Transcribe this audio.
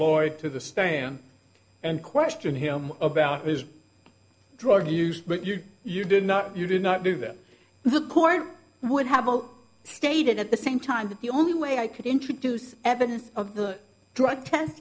lloyd to the stand and question him about his drug use but you you did not you did not do that the court would have all stated at the same time that the only way i could introduce evidence of the drug test